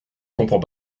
comprends